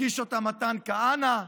הגיש אותה מתן כהנא,